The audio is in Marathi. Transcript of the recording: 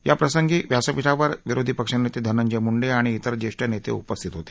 या प्रसंगी व्यासपीठावर विरोधी पक्षनेते धनंजय मुंडे आणि इतर ज्येष्ठ नेते उपस्थित होते